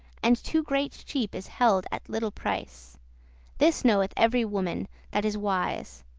and too great cheap is held at little price this knoweth every woman that is wise.